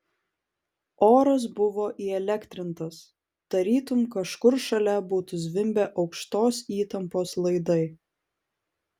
oras buvo įelektrintas tarytum kažkur šalia būtų zvimbę aukštos įtampos laidai